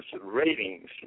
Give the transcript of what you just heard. Ratings